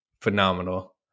phenomenal